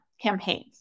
campaigns